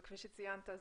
וכפי שציינת,